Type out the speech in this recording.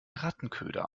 rattenköder